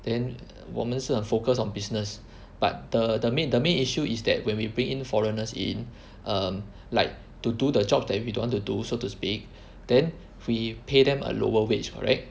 then 我们是很 focused on business but the the main the main issue is that when we bring in foreigners in um like to do the jobs that we don't want to do so to speak then we pay them a lower wage correct